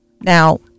Now